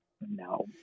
No